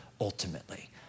ultimately